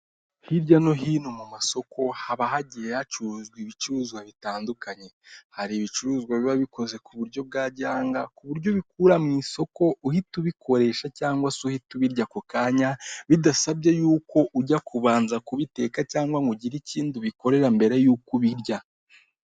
Hirya no hino mu masoko haba hagiye hacuruzwa ibicuruzwa bitandukanye, hari ibicuruzwa biba bikoze ku buryo bwa gihanga ku buryo bikura mu isoko uhihita ubikoresha cyangwa se uhita ubirya ako kanya bidasabye y'uko ujya kubanza kubiteka cyangwa ngo ugire ikindi ubikorera mbere y'uko ubirya.